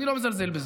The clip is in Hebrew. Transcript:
אני לא מזלזל בזה.